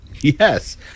Yes